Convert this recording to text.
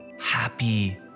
happy